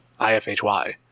ifhy